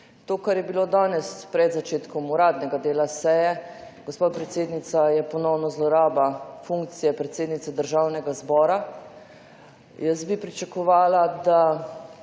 To, kar je bilo danes pred začetkom uradnega dela seje, gospa predsednica, je ponovno zloraba funkcije predsednice Državnega zbora. Jaz bi pričakovala, da